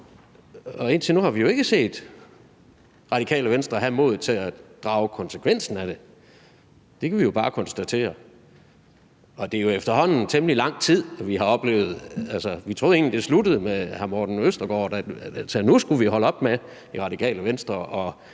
og indtil nu har vi jo ikke set Radikale Venstre have modet til at drage konsekvensen af det. Det kan vi jo bare konstatere, og det er jo efterhånden temmelig lang tid, vi har oplevet det. Altså, vi troede egentlig, det sluttede med hr. Morten Østergaard, der sagde, at nu skulle vi i Radikale Venstre